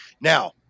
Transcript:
now